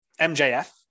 MJF